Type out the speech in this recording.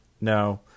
no